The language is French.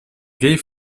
vieille